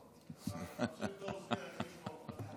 מחפשים את האוזנייה, איך נשמע אותך?